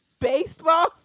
baseball